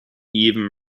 even